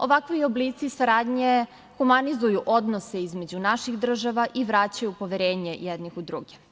Ovakvi oblici saradnje humanizuju odnose između naših država i vraćaju poverenje jednih u druge.